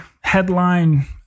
headline